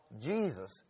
Jesus